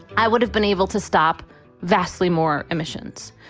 i would have been able to stop vastly more emissions.